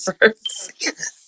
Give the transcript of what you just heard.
first